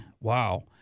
Wow